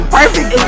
perfect